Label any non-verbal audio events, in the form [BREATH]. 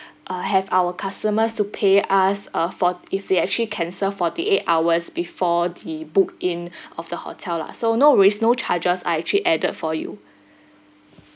uh have our customers to pay us a fort~ if they actually cancel forty eight hours before the book in [BREATH] of the hotel lah so no worries no charges are actually added for you [BREATH]